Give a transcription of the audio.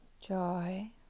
joy